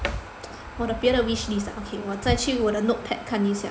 我的别的 wish list ah 我再去我的 notepad 看一下